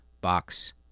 box